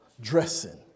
dressing